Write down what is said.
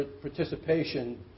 participation